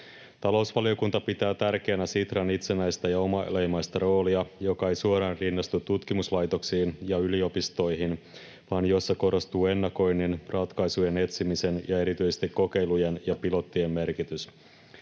Talousvaliokunta pitää tärkeänä Sitran itsenäistä ja omaleimaista roolia, joka ei suoraan rinnastu tutkimuslaitoksiin ja yliopistoihin vaan jossa korostuu ennakoinnin, ratkaisujen etsimisen ja erityisesti kokeilujen ja pilottien merkitys.